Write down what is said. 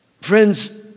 Friends